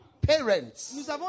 parents